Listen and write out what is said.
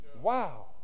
wow